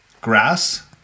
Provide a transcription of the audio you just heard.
Grass